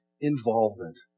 involvement